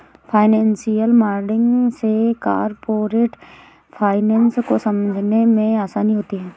financial modelling से corporate finance को समझने में आसानी होती है